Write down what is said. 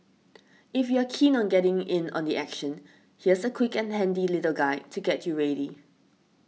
if you're keen on getting in on the action here's a quick and handy little guide to get you ready